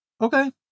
okay